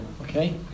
Okay